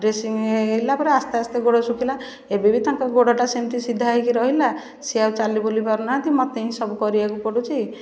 dressing ହେଲାପରେ ଆସ୍ତେ ଆସ୍ତେ ଗୋଡ଼ ଶୁଖିଲା ଏବେ ବି ତାଙ୍କ ଗୋଡ଼ଟା ସେମିତି ସିଧା ହେଇକି ରହିଲା ସିଏ ଆଉ ଚାଲିବୁଲି ପାରୁନାହାଁନ୍ତି ମୋତେ ହିଁ ବି ସବୁ କରିବାକୁ ପଡ଼ୁଛି